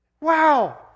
Wow